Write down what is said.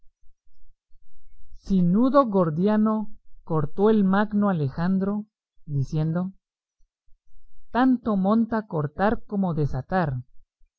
si nudo gordiano cortó el magno alejandro diciendo tanto monta cortar como desatar